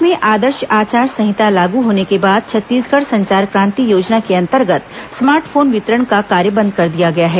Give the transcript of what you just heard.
प्रदेश में आदर्श आचार संहिता लागू होने के बाद छत्तीसगढ़ संचार क्रांति योजना के अंतर्गत स्मार्ट फोन वितरण का कार्य बंद कर दिया गया है